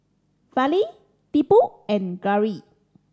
Fali Tipu and Gauri